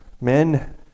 men